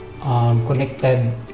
connected